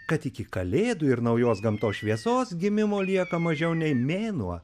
kad iki kalėdų ir naujos gamtos šviesos gimimo lieka mažiau nei mėnuo